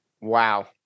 Wow